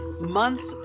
months